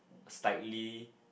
slightly